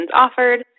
offered